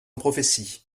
prophéties